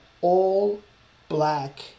all-black